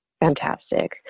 Fantastic